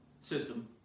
system